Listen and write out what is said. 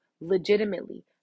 legitimately